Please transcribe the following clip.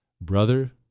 Brother